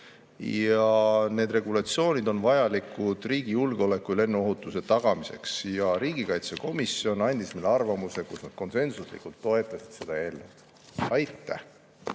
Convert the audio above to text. Need regulatsioonid on vajalikud riigi julgeoleku ja lennuohutuse tagamiseks. Riigikaitsekomisjon andis meile arvamuse, kus nad konsensuslikult toetasid seda eelnõu. Aitäh!